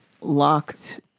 locked